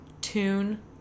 Tune